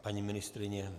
Paní ministryně?